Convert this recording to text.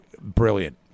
brilliant